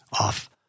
off